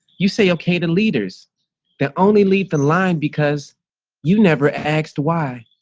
you say okay, the leaders that only leave the line because you never asked why?